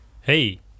Hey